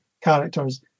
characters